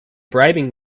bribing